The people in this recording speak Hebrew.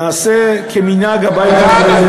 נעשה כמנהג הבית הזה,